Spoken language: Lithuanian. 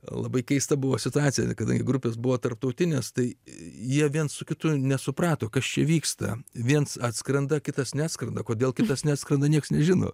labai keista buvo situacija kada grupės buvo tarptautinės tai jie viens su kitu nesuprato kas čia vyksta viens atskrenda kitas neskrenda kodėl kitas neskrenda niekas nežino